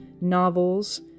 novels